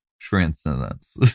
transcendence